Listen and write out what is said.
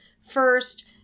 first